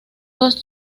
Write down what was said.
dos